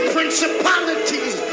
Principalities